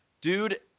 dude